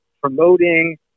promoting